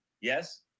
yes